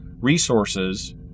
resources